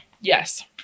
Yes